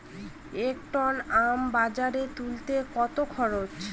এক টন আম বাজারে তুলতে কত খরচ?